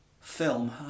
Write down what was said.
film